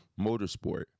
Motorsport